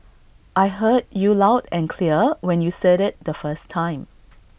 I heard you loud and clear when you said IT the first time